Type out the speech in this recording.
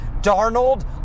Darnold